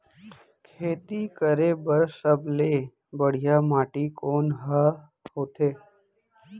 खेती करे बर सबले बढ़िया माटी कोन हा होथे?